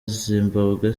zimbabwe